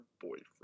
boyfriend